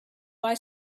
buy